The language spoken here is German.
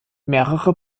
mehrere